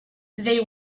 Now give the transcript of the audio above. they